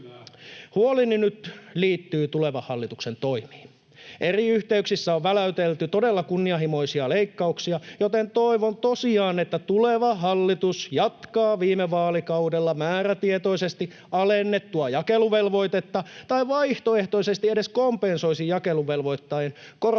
Huoleni liittyy nyt tulevan hallituksen toimiin. Eri yhteyksissä on väläytelty todella kunnianhimoisia leikkauksia, joten toivon tosiaan, että tuleva hallitus jatkaa viime vaalikaudella määrätietoisesti alennettua jakeluvelvoitetta tai vaihtoehtoisesti edes kompensoisi jakeluvelvoitteen korottamaa